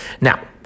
Now